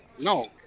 No